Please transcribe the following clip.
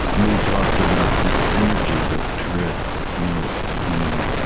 and we talked about this energy, that tourette's seems to be